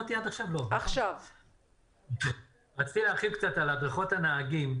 רציתי להרחיב קצת על הדרכות הנהגים.